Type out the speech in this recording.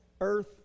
earth